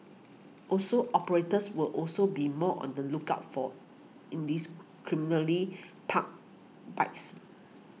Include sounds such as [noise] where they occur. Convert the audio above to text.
also operators will also be more on the lookout for [unintelligible] parked bikes